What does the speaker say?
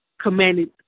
commanded